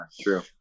true